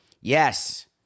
Yes